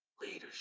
leadership